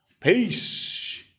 Peace